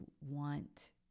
want